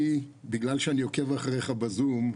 בגלל שאני עוקב אחריך בזום,